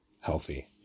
healthy